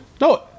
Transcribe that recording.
No